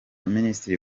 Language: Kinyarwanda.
minister